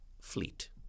fleet